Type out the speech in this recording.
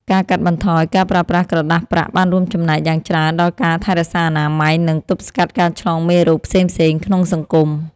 ការកាត់បន្ថយការប្រើប្រាស់ក្រដាសប្រាក់បានរួមចំណែកយ៉ាងច្រើនដល់ការថែរក្សាអនាម័យ និងទប់ស្កាត់ការឆ្លងមេរោគផ្សេងៗក្នុងសង្គម។